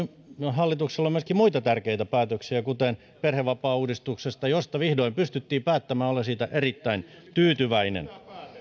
hallituksella on myöskin muita tärkeitä päätöksiä kuten perhevapaauudistus josta vihdoin pystyttiin päättämään olen siitä erittäin tyytyväinen